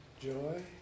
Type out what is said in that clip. joy